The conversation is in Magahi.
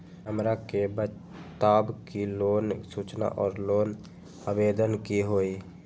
हमरा के बताव कि लोन सूचना और लोन आवेदन की होई?